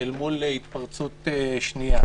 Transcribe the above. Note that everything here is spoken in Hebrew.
אל מול התפרצות שנייה.